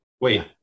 Wait